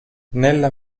nella